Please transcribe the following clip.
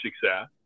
success